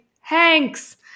Hanks